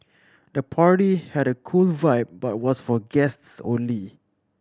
the party had a cool vibe but was for guests only